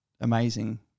amazing